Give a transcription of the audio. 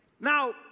Now